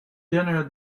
dinner